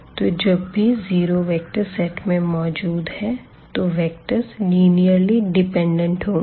तो जब भी जीरो वेक्टर सेट में मौजूद है तो वेक्टर्स लिनिर्ली डिपेंडेंट होंगे